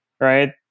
right